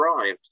arrived